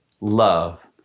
love